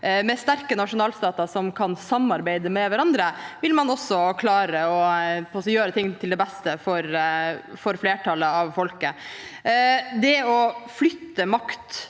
Med sterke nasjonalstater som kan samarbeide med hverandre, vil man også klare å gjøre ting til beste for flertallet av folket. Det å flytte makt